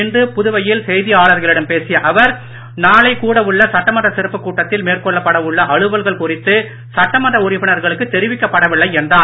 இன்று புதுவையில் செய்தியாளர்களிடம் பேசிய அவர் நாளை கூட உள்ள சட்டமன்ற சிறப்புக் கூட்டத்தில் மேற்கொள்ளப்பட உள்ள அலுவல்கள் குறித்து சட்டமன்ற உறுப்பினர்களுக்கு தெரிவிக்கப்படவில்லை என்றார்